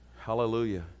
Hallelujah